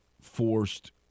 forced